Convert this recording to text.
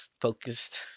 focused